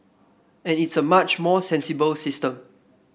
and it's a much more sensible system